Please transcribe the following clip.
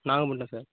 Nagapattinam sir